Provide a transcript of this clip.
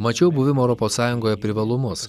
mačiau buvimo europos sąjungoje privalumus